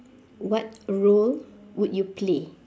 what role would you play